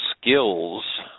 skills